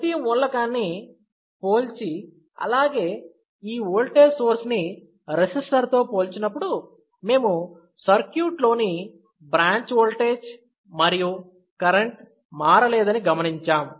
ప్రతి మూలకాన్ని పోల్చి అలాగే ఈ ఓల్టేజ్ సోర్స్ ని రెసిస్టర్ తో పోల్చినప్పుడు మేము సర్క్యూట్లోని బ్రాంచ్ ఓల్టేజ్ మరియు కరెంట్ మారలేదని గమనించాం